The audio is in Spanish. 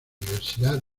universidad